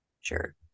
Sure